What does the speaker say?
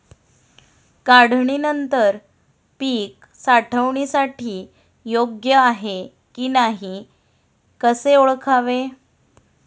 काढणी नंतर पीक साठवणीसाठी योग्य आहे की नाही कसे ओळखावे?